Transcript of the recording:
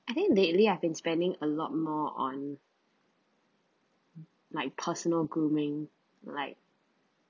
I think lately I've been spending a lot more on like personal grooming like